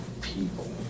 people